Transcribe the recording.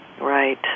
Right